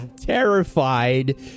terrified